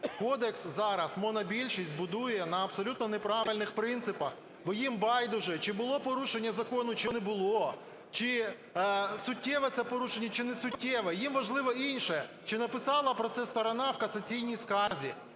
Кодекс зараз монобільшість будує на абсолютно неправильних принципах, бо їм байдуже, чи було порушення закону, чи не було, чи суттєве це порушення, чи несуттєве, їм важливо інше: чи написала про це сторона в касаційній скарзі.